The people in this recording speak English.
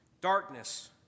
Darkness